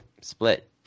split